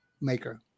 maker